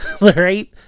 Right